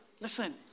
Listen